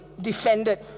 defended